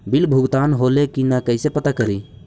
Bill भुगतान होले की न कैसे पता करी?